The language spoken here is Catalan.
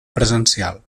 presencial